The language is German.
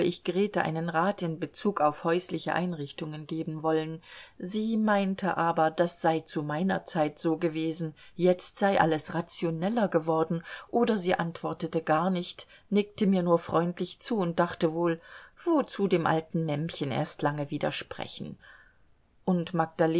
ich grete einen rat in bezug auf häusliche einrichtungen geben wollen sie meinte aber das sei zu meiner zeit so gewesen jetzt sei alles rationeller geworden oder sie antwortete gar nicht nickte mir nur freundlich zu und dachte wohl wozu dem alten mämmchen erst lange widersprechen und magdalene